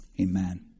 Amen